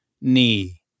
knee